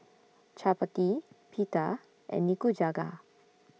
Chapati Pita and Nikujaga